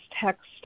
text